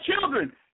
children